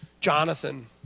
Jonathan